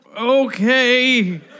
okay